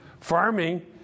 farming